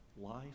Life